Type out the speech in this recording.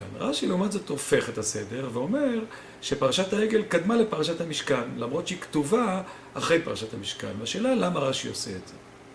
רש"י לעומת זאת הופך את הסדר ואומר שפרשת העגל קדמה לפרשת המשכן למרות שהיא כתובה אחרי פרשת המשכן. השאלה היא למה רש"י עושה את זה.